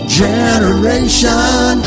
generation